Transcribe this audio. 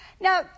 Now